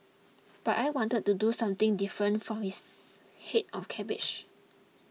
but I wanted to do something different for this head of cabbage